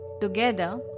Together